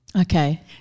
Okay